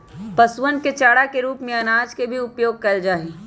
पशुअन के चारा के रूप में अनाज के भी उपयोग कइल जाहई